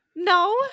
No